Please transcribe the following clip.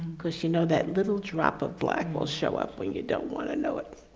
because you know, that little drop of black will show up when you don't want to know it.